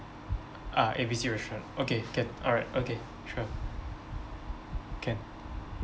ah A B C restaurant okay can alright okay sure can